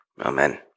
Amen